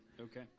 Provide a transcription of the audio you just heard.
Okay